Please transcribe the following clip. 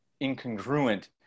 incongruent